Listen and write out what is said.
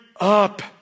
up